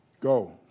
Go